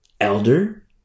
elder